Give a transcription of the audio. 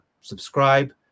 subscribe